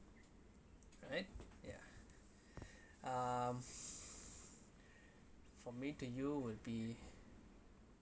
right ya um for me to you would be